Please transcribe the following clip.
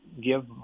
give